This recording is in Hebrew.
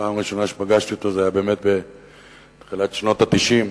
הפעם הראשונה שפגשתי אותו היתה באמת בתחילת שנות ה-90.